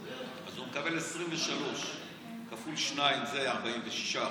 אז הוא מקבל 23 כפול 2, שזה 46%,